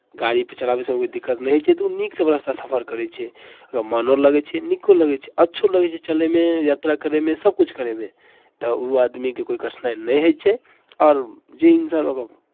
गाड़ीपर चलाबयसँ कोइ दिक्कत नहि होइ छै तऽ ओ नीकसँ ओ रास्ता सफर करै छै मनो लगै छै नीको लगै छै अच्छो लगै छै चलयमे यात्रा करयमे सभकिछु करयमे तऽ ओ आदमीके कोइ कठिनाइ नहि होइ छै आओर जे इंसान ओकरा